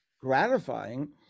gratifying